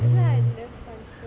uh